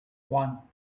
one